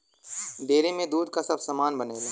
dairy में दूध क सब सामान बनेला